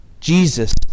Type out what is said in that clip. Jesus